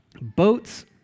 boats